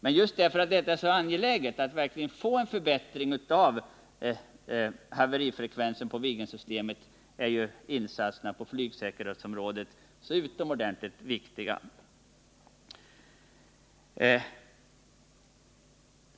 Men just därför att det är så angeläget att få en förbättring av haverifrekvensen när det gäller Viggen är insatserna på flygsäkerhetsområdet så utomordentligt viktiga.